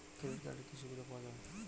Credit কার্ডের কি কি সুবিধা পাওয়া যায়?